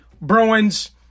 Bruins